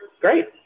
great